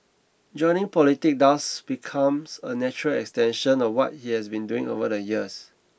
joining politics thus becomes a natural extension of what he has been doing over the years